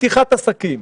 פתיחת עסקים.